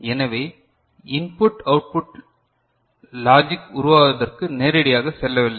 எனவே input output logic உருவாவதற்கு நேரடியாக செல்லவில்லை